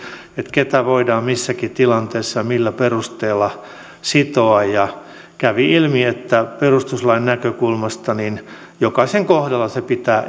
ketä voidaan missäkin tilanteessa ja millä perusteella sitoa kävi ilmi että perustuslain näkökulmasta jokaisen kohdalla pitää